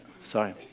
sorry